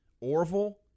Orville